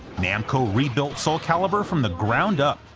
namco rebuilt soul calibur from the ground up,